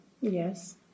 Yes